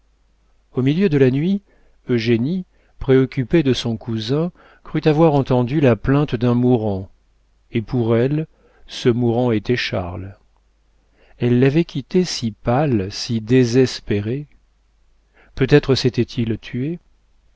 au milieu de la nuit eugénie préoccupée de son cousin crut avoir entendu la plainte d'un mourant et pour elle ce mourant était charles elle l'avait quitté si pâle si désespéré peut-être s'était-il tué